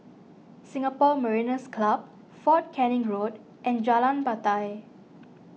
Singapore Mariners' Club fort Canning Road and Jalan Batai